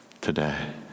today